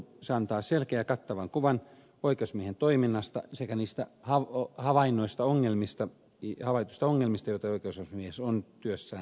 se antaa selkeän ja kattavan kuvan oikeusasiamiehen toiminnasta sekä niistä havaituista ongelmista joita oikeusasiamies on työssään nähnyt